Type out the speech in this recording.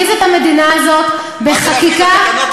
אני אמרתי לכם קודם: לא צריך להפגיז את המדינה הזאת בחקיקה מיותרת.